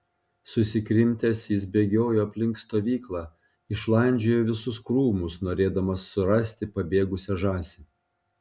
susikrimtęs jis bėgiojo aplink stovyklą išlandžiojo visus krūmus norėdamas surasti pabėgusią žąsį